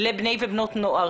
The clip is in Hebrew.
לבני ובנות נוער